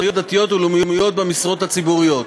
דתיות ולאומיות במשרות ציבוריות.